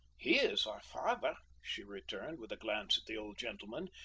he is our father, she returned, with a glance the old gentleman,